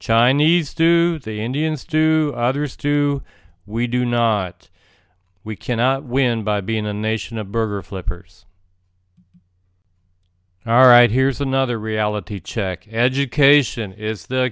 chinese do the indians do others do we do not we cannot win by being a nation of burger flippers alright here's another reality check education is the